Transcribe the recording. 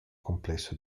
complesso